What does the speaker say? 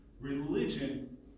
Religion